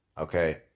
Okay